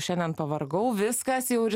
šiandien pavargau viskas jau